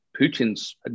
Putin's